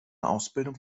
ausbildung